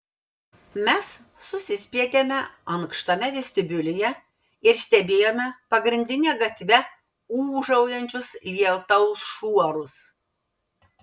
mes susispietėme ankštame vestibiulyje ir stebėjome pagrindine gatve ūžaujančius lietaus šuorus